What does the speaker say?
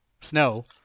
Snow